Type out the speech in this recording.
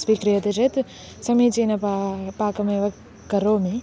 स्वीक्रियते चेत् समीचीनं पा पाकमेव करोमि